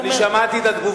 אני שמעתי את התגובות.